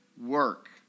work